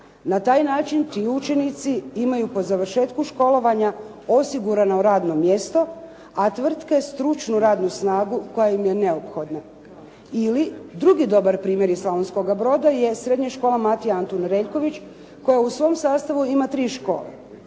Na taj način ti učenici imaju po završetku školovanja osigurano radno mjesto, a tvrtke stručnu radnu snagu koja im je neophodna. Ili drugi dobar primjer iz Slavonskoga Broda je srednja škola Matija Antun Reljković koja u svom sastavu ima tri škole